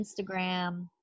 Instagram